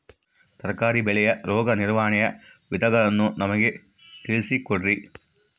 ತರಕಾರಿ ಬೆಳೆಯ ರೋಗ ನಿರ್ವಹಣೆಯ ವಿಧಾನಗಳನ್ನು ನಮಗೆ ತಿಳಿಸಿ ಕೊಡ್ರಿ?